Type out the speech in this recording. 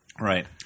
Right